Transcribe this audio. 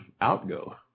outgo